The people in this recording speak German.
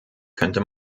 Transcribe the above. könnte